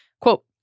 Quote